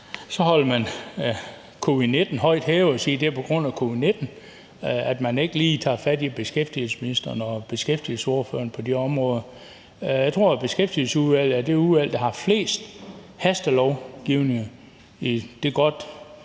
på grund af covid-19, at man ikke lige tager fat i beskæftigelsesministeren og beskæftigelsesordførerne på de områder. Jeg tror, at Beskæftigelsesudvalget er det udvalg, der har haft flest hastelovgivninger i det godt